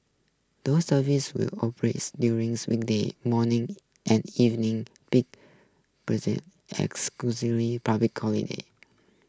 those services will operates during weekday morning and evening big as